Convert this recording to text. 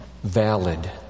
Valid